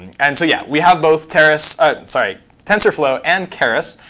and so yeah, we have both terrace sorry tensorflow and keras.